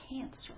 cancer